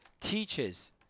teaches